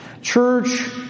Church